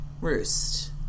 roost